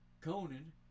Conan